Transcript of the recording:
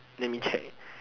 let me check